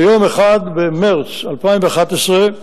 ביום 1 במרס 2011,